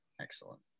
excellent